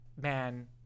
Man